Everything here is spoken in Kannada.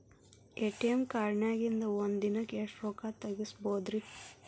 ಎ.ಟಿ.ಎಂ ಕಾರ್ಡ್ನ್ಯಾಗಿನ್ದ್ ಒಂದ್ ದಿನಕ್ಕ್ ಎಷ್ಟ ರೊಕ್ಕಾ ತೆಗಸ್ಬೋದ್ರಿ?